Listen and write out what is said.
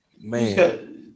Man